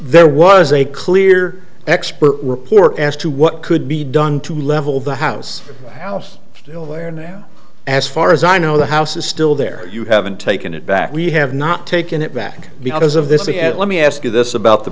there was a clear expert report as to what could be done to level the house house still there now as far as i know the house is still there you haven't taken it back we have not taken it back because of this they had let me ask you this about the